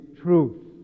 truth